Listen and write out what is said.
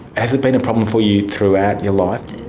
has it been a problem for you throughout your life?